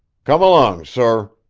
come along, sor.